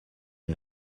est